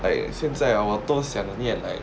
like 现在 hor 我都想念 like